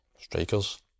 Strikers